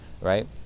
right